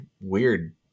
weird